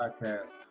podcast